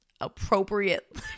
appropriate